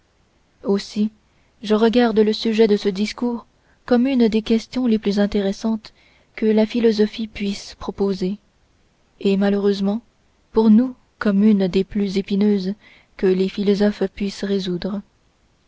aussi je regarde le sujet de ce discours comme une des questions les plus intéressantes que la philosophie puisse proposer et malheureusement pour nous comme une des plus épineuses que les philosophes puissent résoudre